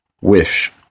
wish